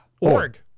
Org